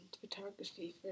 photography